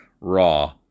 Raw